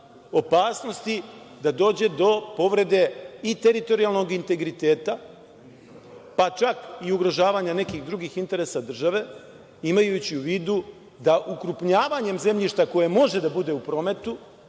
opasnosti da dođe do povrede i teritorijalnog integriteta, pa čak i ugrožavanja nekih drugih interesa države, imajući u vidu da ukrupnjavanjem zemljišta koje može da bude u prometu